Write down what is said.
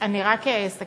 אני רק אסכם